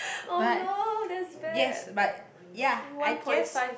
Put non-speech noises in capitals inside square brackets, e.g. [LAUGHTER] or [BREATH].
but [BREATH] yes but ya I guess